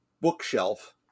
bookshelf